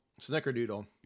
Snickerdoodle